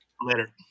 later